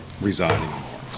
residing